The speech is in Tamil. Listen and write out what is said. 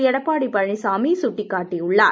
எடப்பாடி பழனிசாமி சுட்டிக்காட்டியுள்ளார்